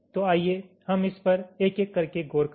तो आइए हम इस पर एक एक करके गौर करें